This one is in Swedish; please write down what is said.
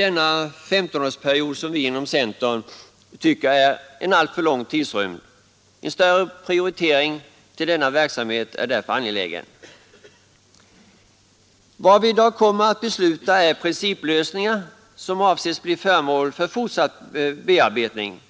Denna 1S-årsperiod tycker vi inom centern, som jag nämnt, är en för lång tidrymd. En starkare prioritering av anslagen till denna verksamhet är därför angelägen. Vad vi i dag kommer att besluta är principlösningar som avses bli föremål för fortsatt bearbetning,